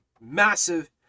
massive